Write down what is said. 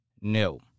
no